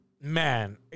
man